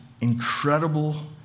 incredible